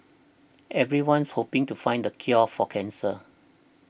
everyone's hoping to find the cure for cancer